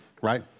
right